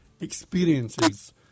experiences